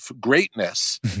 greatness